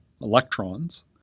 electrons